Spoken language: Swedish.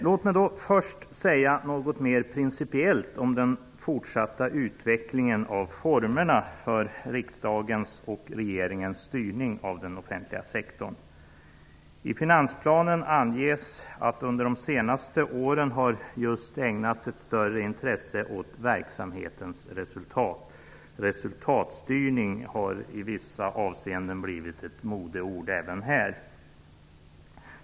Låt mig först säga något mer principiellt om den fortsatta utvecklingen av formerna för riksdagens och regeringens styrning av den offentliga sektorn. I finansplanen anges det att under de senaste åren har ett större intresse ägnats åt just verksamhetens resultat. Ordet resultatstyrning har i vissa avseenden blivit ett modeord även här.